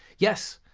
yes,